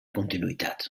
continuïtat